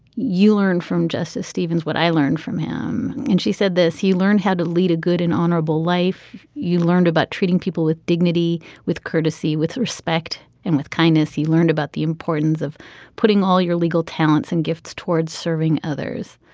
you learned from justice stevens what i learned from him. and she said this he learned how to lead a good and honorable life. you learned about treating people with dignity with courtesy with respect and with kindness. he learned about the importance of putting all your legal talents and gifts towards serving others.